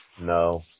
No